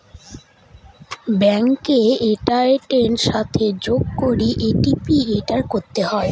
bank একাউন্টের সাথে যোগ করে ও.টি.পি এন্টার করতে হয়